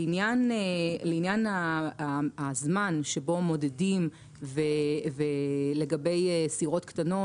לעניין הזמן שבו מודדים ולגבי סירות קטנות